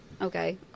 okay